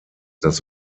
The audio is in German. das